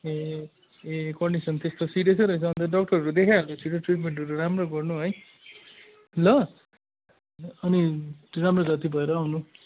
ए ए कन्डिसन त्यस्तो सिरियसै रहेछ अन्त डक्टरहरू देखाइहाल्नु छिटो ट्रिटमेन्टहरू राम्रो गर्नु है ल अनि राम्रो जाती भएरै आउनु